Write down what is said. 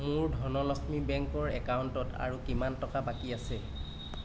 মোৰ ধনলক্ষ্মী বেংকৰ একাউণ্টত আৰু কিমান টকা বাকী আছে